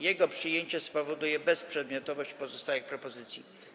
Jego przyjęcie spowoduje bezprzedmiotowość pozostałych propozycji.